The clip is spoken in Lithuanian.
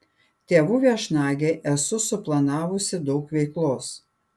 tėvų viešnagei esu suplanavusi daug veiklos